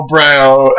Brown